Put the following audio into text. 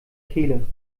kehle